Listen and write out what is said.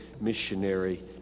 missionary